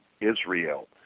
Israel